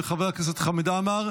חבר הכנסת חמד עמאר